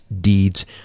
deeds